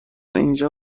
اینجا